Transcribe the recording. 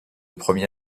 premier